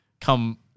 come